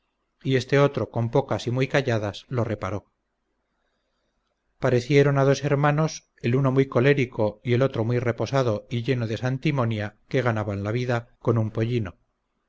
y este otro con pocas y muy calladas lo reparó parecieron a dos hermanos el uno muy colérico y el otro muy reposado y lleno de santimonia que ganaban la vida con un pollino